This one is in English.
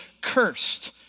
cursed